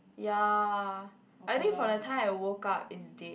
ya I think from the time I woke up it's dead